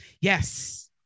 Yes